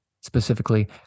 Specifically